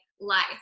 life